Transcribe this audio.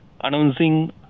announcing